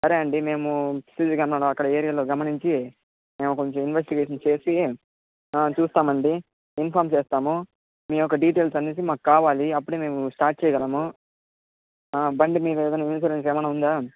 సరే అండి మేము సీసీ కెమెరా అక్కడ ఏరియాలో గమనించి మేము కొంచెం ఇన్వెస్టిగేషన్ చేసి చూస్తామండి ఇన్ఫార్మ్ చేస్తాము మీ యొక్క డిటెయిల్స్ అన్నిటిని మాకు కావాలి అప్పుడే మేము స్టార్ట్ చేయగలము బండి మీదేమైనా ఇన్స్యూరెన్స్ ఏమైనా ఉందా